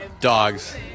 Dogs